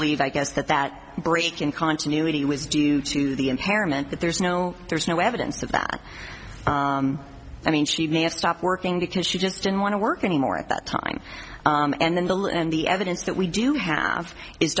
believe i guess that that break in continuity was due to the impairment that there's no there's no evidence of that i mean she may have stopped working because she just didn't want to work anymore at that time and then the law and the evidence that we do have i